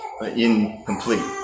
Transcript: incomplete